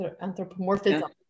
anthropomorphism